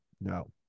No